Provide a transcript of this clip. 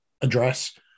address